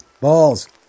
Balls